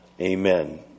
Amen